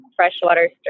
Freshwater